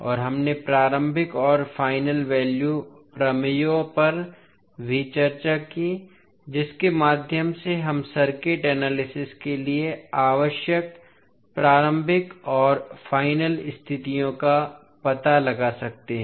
और हमने प्रारंभिक और फाइनल वैल्यू प्रमेयों पर भी चर्चा की जिसके माध्यम से हम सर्किट एनालिसिस के लिए आवश्यक प्रारंभिक और फाइनल स्थितियों का पता लगा सकते हैं